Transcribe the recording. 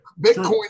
Bitcoin